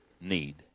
need